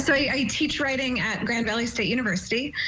so i teach writing at grand valley state university.